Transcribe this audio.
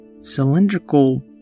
cylindrical